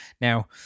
Now